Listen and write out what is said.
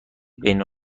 بین